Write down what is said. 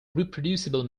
reproducible